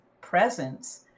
presence